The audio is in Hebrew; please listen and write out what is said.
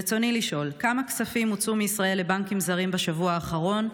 רצוני לשאול: כמה כספים הוצאו מישראל לבנקים זרים בשבוע האחרון,